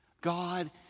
God